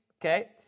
okay